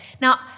Now